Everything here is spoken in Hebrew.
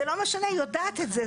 זה לא משנה, היא יודעת את זה.